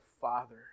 father